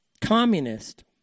communist